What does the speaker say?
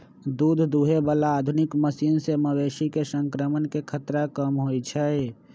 दूध दुहे बला आधुनिक मशीन से मवेशी में संक्रमण के खतरा कम होई छै